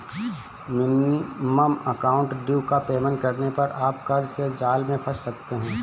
minimum amount due का payment करने पर आप कर्ज के जाल में फंस सकते हैं